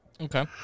Okay